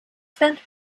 sent